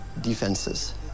defenses